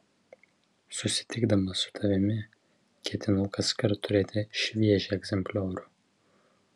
susitikdamas su tavimi ketinu kaskart turėti šviežią egzempliorių